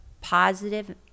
positive